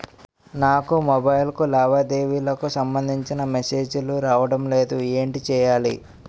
నాకు మొబైల్ కు లావాదేవీలకు సంబందించిన మేసేజిలు రావడం లేదు ఏంటి చేయాలి?